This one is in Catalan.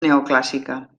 neoclàssica